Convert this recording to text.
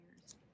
years